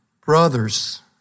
brothers